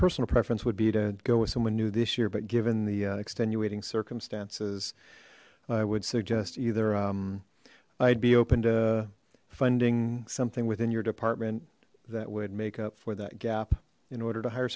personal preference would be to go with someone new this year but given the extenuating circumstances i would suggest either i'd be open to funding something within your department that would make up for that gap in order to hire